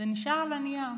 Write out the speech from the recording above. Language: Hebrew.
זה נשאר על הנייר.